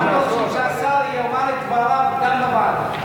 אנחנו רוצים שהשר יאמר את דבריו גם בוועדה.